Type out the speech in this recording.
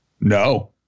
no